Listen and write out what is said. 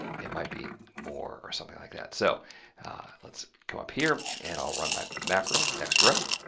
it might be more or something like that. so let's come up here, and i'll run my macro, next row,